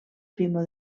primo